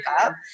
up